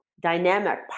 dynamic